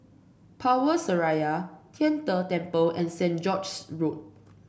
Power Seraya Tian De Temple and Saint George's Road